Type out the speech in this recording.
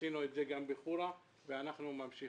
עשינו את זה גם בחורה ואנחנו ממשיכים.